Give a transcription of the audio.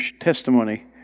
testimony